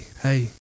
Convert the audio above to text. Hey